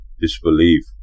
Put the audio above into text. disbelief